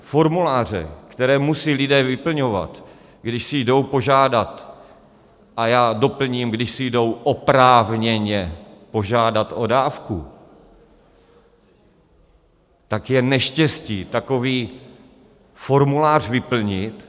Formuláře, které musí lidé vyplňovat, když si jdou požádat, a já doplním, když si jdou oprávněně požádat o dávku, tak je neštěstí takový formulář vyplnit.